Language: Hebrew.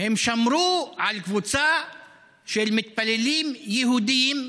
הם שמרו על קבוצה של מתפללים יהודים,